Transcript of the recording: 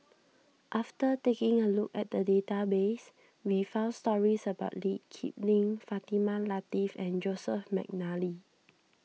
after taking a look at the database we found stories about Lee Kip Lin Fatimah Lateef and Joseph McNally